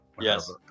Yes